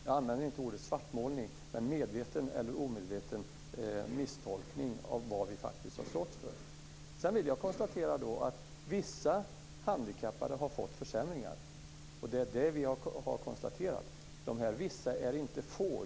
Jag använder inte ordet svartmålning, men det är en medveten eller omedveten misstolkning av vad vi faktiskt har stått för. Jag konstaterar att vissa handikappade har fått försämringar. Dessa vissa är inte få.